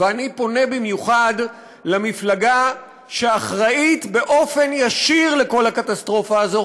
ואני פונה במיוחד למפלגה שאחראית באופן ישיר לכל הקטסטרופה הזאת,